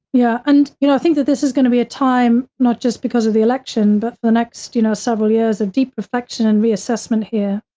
yeah. and, you know, i think that this is going to be a time, not just because of the election, but for the next, you know, several years, of deep reflection and reassessment here.